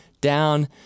down